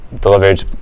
delivered